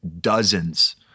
dozens